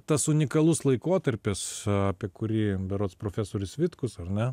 tas unikalus laikotarpis apie kurį berods profesorius vitkus ar ne